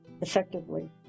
Effectively